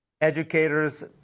educators